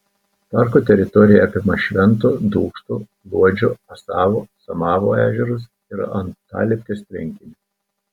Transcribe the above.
parko teritorija apima švento dūkšto luodžio asavo samavo ežerus ir antalieptės tvenkinį